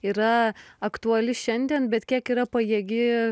yra aktuali šiandien bet kiek yra pajėgi